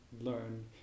learn